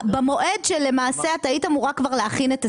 במועד שלמעשה את היית אמורה כבר להכין את 24',